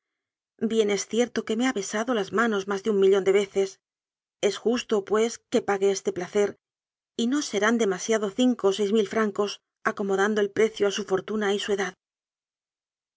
bien es cierto que me ha besado las manos más de un millón de veces es justo pues que pague este plaeer y no serán demasiado cinco o seis mil francos acomodando el precio a su for tuna y su edad